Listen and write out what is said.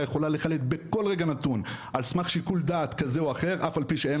יכולה לחלט בכל רגע נתון על סמך שיקול דעת כזה או אחר אף על פי שאין